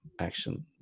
action